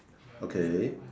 okay